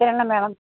എത്ര എണ്ണം വേണം